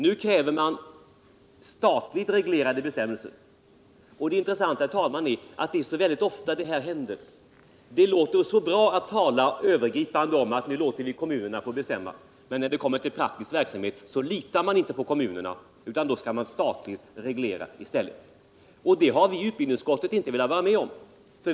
Nu kräver man statligt reglerade bestämmelser. Och det intressanta, herr talman, är att det är så ofta detta händer. Det låter bra att tala övergripande om att nu låter vi kommunerna få bestämma, men när det blir fråga om praktisk verksamhet litar man inte på kommunerna utan då skall man i stället statligt reglera. Det har vi i utbildningsutskottet inte velat vara med om.